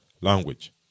language